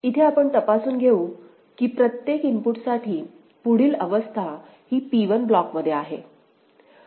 इथे आपण तपासून घेऊ की प्रत्येक इनपुट साठी पुढील अवस्था ही P1 ब्लॉक मध्ये आहे